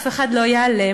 אף אחד לא ייעלם,